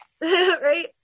Right